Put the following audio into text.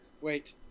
Wait